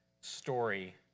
story